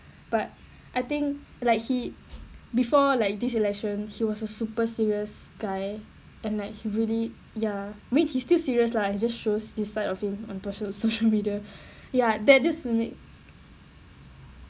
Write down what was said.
but I think like he before like this election he was a super serious guy and like he really ya I mean he still serious lah it's just shows this side of him on personal social media ya that's just to make